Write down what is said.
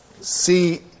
see